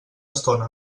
estona